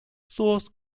source